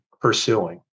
pursuing